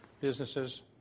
businesses